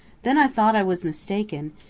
then i thought i was mistaken,